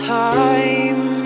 time